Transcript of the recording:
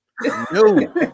No